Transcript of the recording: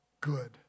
good